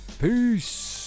Peace